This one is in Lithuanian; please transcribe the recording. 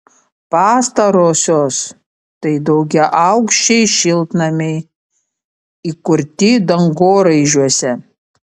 pastarosios tai daugiaaukščiai šiltnamiai įkurti dangoraižiuose